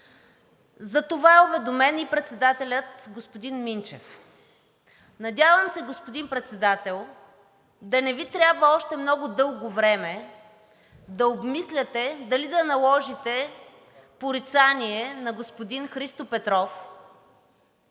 За това е уведомен и председателят господин Минчев. Надявам се, господин Председател, да не Ви трябва още много дълго време да обмисляте дали да наложите порицание на господин Христо Петров,